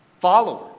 follower